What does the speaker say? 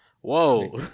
Whoa